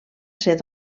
ser